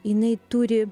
jinai turi